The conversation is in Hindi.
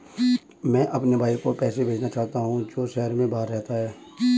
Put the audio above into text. मैं अपने भाई को पैसे भेजना चाहता हूँ जो शहर से बाहर रहता है